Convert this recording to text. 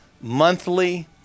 monthly